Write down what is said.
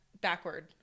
backward